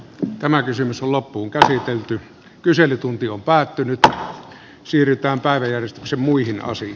tämä kysymys on loppuunkäsitelty kyselytunti on päättynyt ja siirrytään päiväjärjestyksen muihin osiin